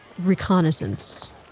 reconnaissance